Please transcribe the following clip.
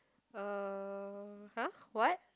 uh !huh! what